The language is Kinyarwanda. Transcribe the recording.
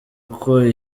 uko